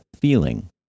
feeling